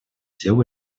делу